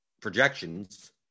projections